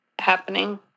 happening